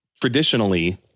traditionally